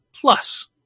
Plus